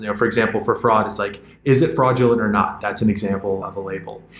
yeah for example for fraud, it's like is it fraudulent or not? that's an example of a label.